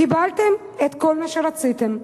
קיבלתם את כל מה שרציתם: